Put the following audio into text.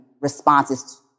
responses